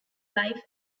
life